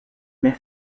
met